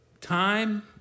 Time